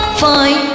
fine